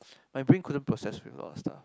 my brain couldn't process with a lot of stuff